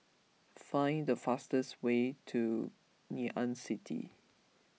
find the fastest way to Ngee Ann City